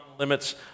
limits